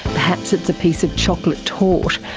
perhaps it's a piece of chocolate torte,